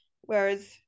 whereas